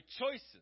choices